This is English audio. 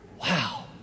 wow